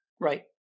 Right